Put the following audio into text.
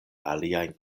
aliajn